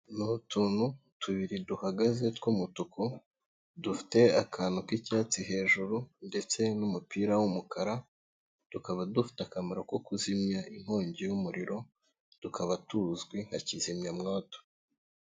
Ni utuntu tubiri duhagaze tw'umutuku dufite akantu k'icyatsi hejuru, ndetse n'umupira w'umukara, tukaba dufite akamaro ko kuzimya inkongi y'umuriro, tukaba tuzwi nka kizimyamwoto.